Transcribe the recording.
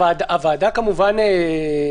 רוב ההתקהלויות כבר ממילא אסורות.